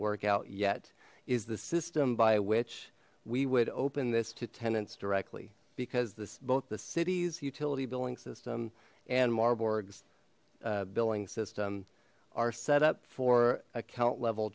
work out yet is the system by which we would open this to tenants directly because this both the city's utility billing system and marburg's billing system are set up for account level